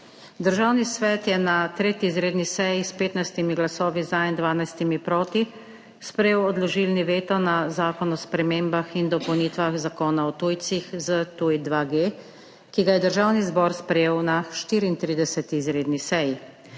Državni svet je na 3. izredni seji s 15 glasovi za, 12 proti sprejel odložilni veto na Zakon o spremembah in dopolnitvah Zakona o tujcih, ZTuj-2G, ki ga je državni zbor sprejel na 34. izredni seji.